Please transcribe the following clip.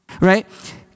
Right